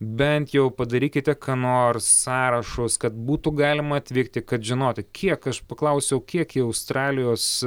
bent jau padarykite ką nors sąrašus kad būtų galima atvykti kad žinoti kiek aš paklausiau kiek į australijos